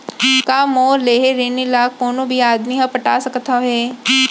का मोर लेहे ऋण ला कोनो भी आदमी ह पटा सकथव हे?